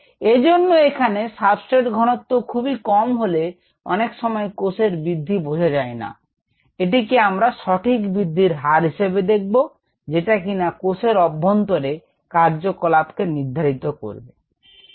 এজন্য এখানে সাবস্ট্রেট ঘনত্ব খুবই কম হলে অনেক সময় কোষের বৃদ্ধি বোঝা যায় না এটিকে আমরা সঠিক বৃদ্ধির হার হিসেবে দেখব যেটা কিনা কোষের অভ্যন্তরে কার্যকলাপকে নির্ধারিত করবে